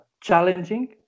challenging